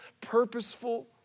purposeful